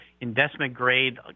investment-grade